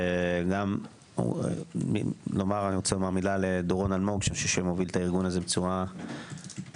גם רוצה לומר מילה לדורון אלמוג שמוביל את הארגון הזה בצורה אדירה,